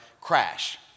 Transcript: crash